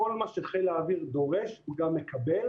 כל מה שחיל האוויר דורש הוא גם מקבל,